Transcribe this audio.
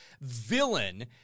villain